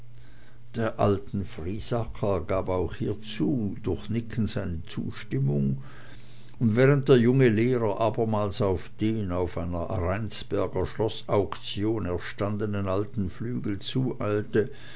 der alten friesacker gab auch hierzu durch nicken seine zustimmung und während der junge lehrer abermals auf den auf einer rheinsberger schloßauktion erstandenen alten flügel